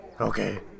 Okay